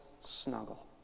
snuggle